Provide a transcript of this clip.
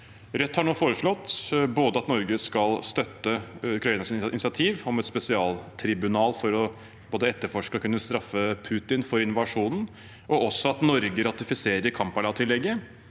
Rødt har nå foreslått både at Norge skal støtte Ukrainas initiativ om et spesialtribunal for både å etterforske og kunne straffe Putin for invasjonen, og også at Norge ratifiserer Kampala-tillegget.